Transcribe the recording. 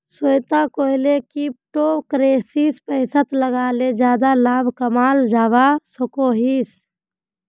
श्वेता कोहले की क्रिप्टो करेंसीत पैसा लगाले ज्यादा लाभ कमाल जवा सकोहिस